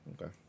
Okay